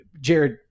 Jared